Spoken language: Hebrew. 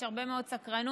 יש הרבה מאוד סקרנות.